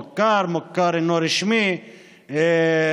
מוכר, מוכר שאינו רשמי ואחר.